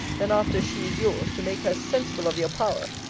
than after she is yours, to make her as sensible of your power,